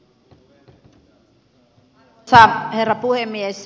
arvoisa herra puhemies